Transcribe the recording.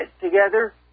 together